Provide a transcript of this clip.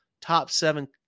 top-seven